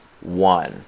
one